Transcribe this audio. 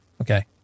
Okay